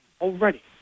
already